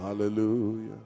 Hallelujah